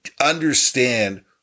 understand